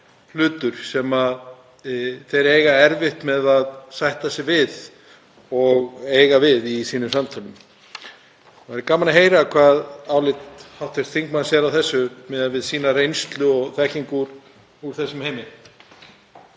sem þeir eiga erfitt með að sætta sig við og eiga við í sínum samtölum? Það væri gaman að heyra álit hv. þingmanns á þessu miðað við hans reynslu og þekkingu á þessum heimi.